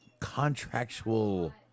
contractual